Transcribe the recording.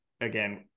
again